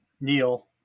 Neil